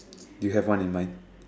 you have one in mind